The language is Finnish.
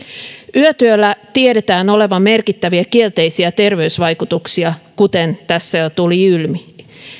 yötyöllä tiedetään olevan merkittäviä kielteisiä terveysvaikutuksia kuten tässä jo tuli ilmi